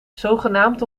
zogenaamd